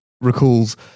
recalls